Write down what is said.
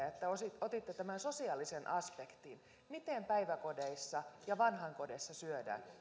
että otitte tämän sosiaalisen aspektin miten päiväkodeissa ja vanhainkodeissa syödään